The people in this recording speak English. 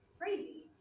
crazy